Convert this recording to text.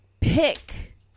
pick